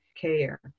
care